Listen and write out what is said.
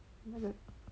那个